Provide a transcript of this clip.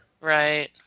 Right